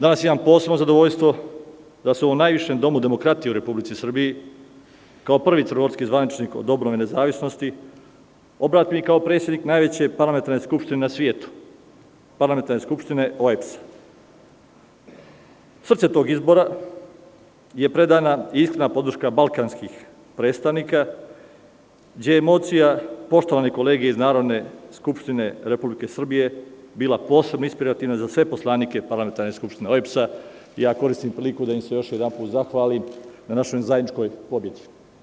Danas imam posebno zadovoljstvo da se u ovom najvišem domu demokratije u Republici Srbiji, kao prvi crnogorski zvaničnik od obnove nezavisnosti, obrtim i kao predsednik najveće Parlamentarne skupštine na svetu, Parlamentarne skupštine OEBS–a. Srce tog izbora je predana i iskrena podrška balkanskih predstavnika, gde je emocija, poštovane kolege iz Narodne skupštine Republike Srbije bila posebno inspirativna za sve poslanike Parlamentarne skupštine OEBS–a. Koristim priliku da vam se još jedanput zahvalim na našoj zajedničkoj pobedi.